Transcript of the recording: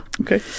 okay